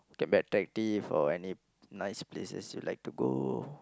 can be attractive or any nice places you like to go